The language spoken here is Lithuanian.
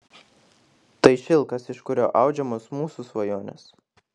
tai šilkas iš kurio audžiamos mūsų svajonės